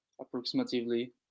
approximately